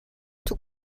توو